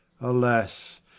Alas